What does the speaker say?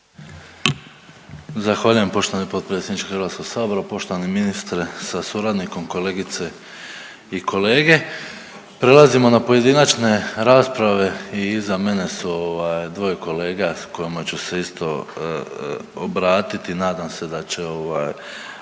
Zahvaljujem poštovani potpredsjedniče HS. Poštovani ministre sa suradnikom, kolegice i kolege, prelazimo na pojedinačne rasprave i iza mene su ovaj dvoje kolega kojima ću se isto obratiti, nadam se da će